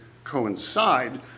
coincide